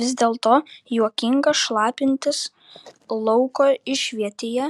vis dėlto juokinga šlapintis lauko išvietėje